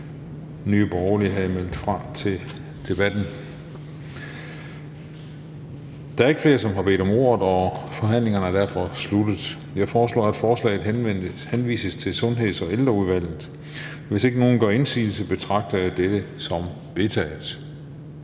Nye Borgerlige havde meldt fra til debatten. Der er ikke flere, som har bedt om ordet, og forhandlingen er derfor sluttet. Jeg foreslår at forslaget til folketingsbeslutning henvises til Sundheds- og Ældreudvalget. Hvis ikke nogen gør indsigelse, betragter jeg dette som vedtaget.